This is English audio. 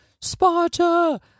Sparta